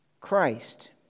Christ